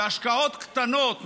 בהשקעות קטנות,